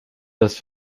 dass